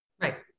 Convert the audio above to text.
Right